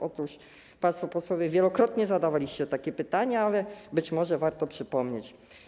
Otóż państwo posłowie wielokrotnie zadawaliście takie pytania, ale być może warto to przypomnieć.